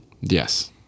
Yes